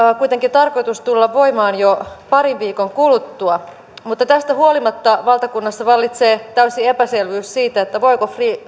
kuitenkin tarkoitus tulla voimaan jo parin viikon kuluttua mutta tästä huolimatta valtakunnassa vallitsee täysi epäselvyys siitä voiko